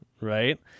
Right